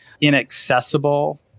inaccessible